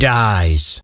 dies